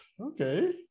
Okay